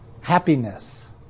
happiness